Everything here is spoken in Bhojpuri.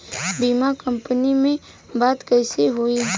बीमा कंपनी में बात कइसे होई?